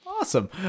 Awesome